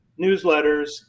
newsletters